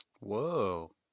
whoa